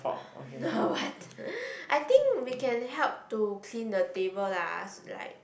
no what I think we can help to clean the table lah s~ like